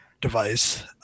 device